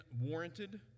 warranted